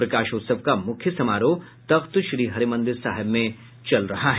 प्रकाशोत्सव का मुख्य समारोह तख्त श्रीहरिमंदिर साहिब में हो रहा है